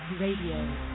Radio